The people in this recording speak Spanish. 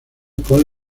con